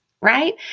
right